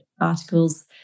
articles